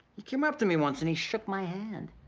he came up to me once, and he shook my hand.